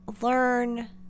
learn